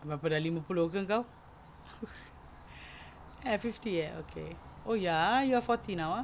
berapa dah lima puluh ke kau eh fifty eh okay oh ya you're forty now ah